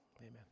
Amen